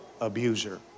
abuser